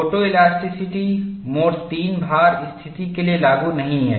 photoelasticity mode III भार स्थिति के लिए लागू नहीं है